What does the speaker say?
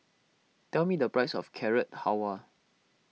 tell me the price of Carrot Halwa